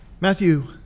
Matthew